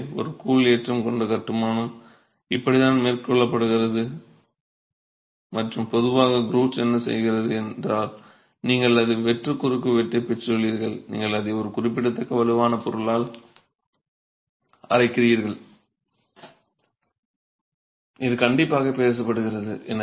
எனவே ஒரு கூழ் ஏற்றம் கொண்ட கட்டுமானம் இப்படித்தான் மேற்கொள்ளப்படுகிறது மற்றும் பொதுவாக க்ரூட் என்ன செய்கிறது என்றால் நீங்கள் ஒரு வெற்று குறுக்குவெட்டைப் பெற்றுள்ளீர்கள் நீங்கள் அதை ஒரு குறிப்பிடத்தக்க வலுவான பொருளால் அரைக்கிறீர்கள் இது கண்டிப்பாகப் பேசப்படுகிறது